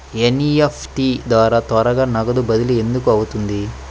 NEFT ద్వారా త్వరగా నగదు బదిలీ ఎందుకు అవుతుంది?